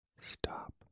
Stop